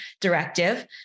directive